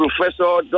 professor